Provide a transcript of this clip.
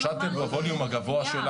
זה לא נורמלי.